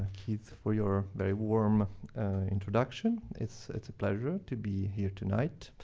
keith, for your very warm introduction. it's it's a pleasure to be here tonight.